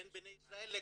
בין בני ישראל לקוצ'ינים,